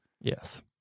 Yes